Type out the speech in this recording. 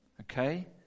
Okay